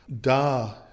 Da